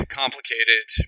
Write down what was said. complicated